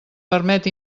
permet